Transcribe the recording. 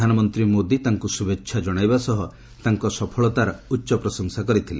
ପ୍ରଧାନମନ୍ତ୍ରୀ ମୋଦି ତାଙ୍କୁ ଶୁଭେଚ୍ଛା ଜଣାଇବା ସହ ତାଙ୍କ ସଫଳତାର ଉଚ୍ଚ ପ୍ରଶଂସା କରିଥିଲେ